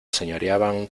señoreaban